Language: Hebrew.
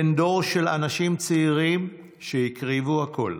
בן דור של אנשים צעירים שהקריבו הכול,